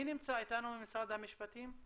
מי נמצא איתנו ממשרד המשפטים?